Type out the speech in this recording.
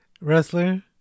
Wrestler